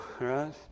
right